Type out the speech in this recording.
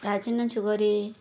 ପ୍ରାଚୀନ ଯୁଗରେ